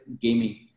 gaming